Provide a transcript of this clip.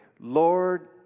Lord